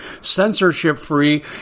censorship-free